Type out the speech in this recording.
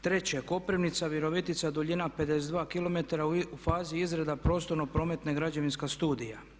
Treće, Koprivnica-Virovitica duljina 52 km u fazi izradi prostorno-prometna građevinska studija.